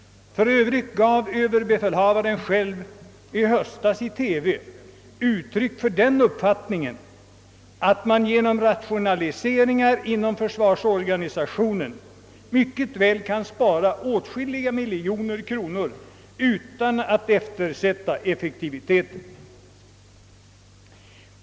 För övrigt gav överbefälhavaren själv i höstas i TV uttryck för den uppfattningen att man genom rationaliseringar inom försvarsorganisationen mycket väl kan spara åtskilliga miljoner kronor utan att eftersätta effektiviteten.